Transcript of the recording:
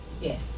Yes